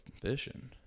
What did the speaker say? fishing